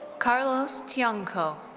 carlos tiongco.